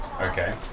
okay